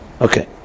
Okay